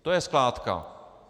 To je skládka.